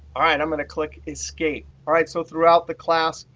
i'm going to click escape. all right, so throughout the class,